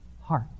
heart